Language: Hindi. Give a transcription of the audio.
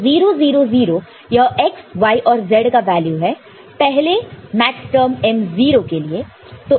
तो 0 0 0 यह x y और z का वैल्यू है पहले मैक्सटर्म M0 के लिए